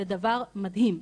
זה דבר מדהים.